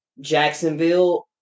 Jacksonville